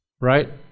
right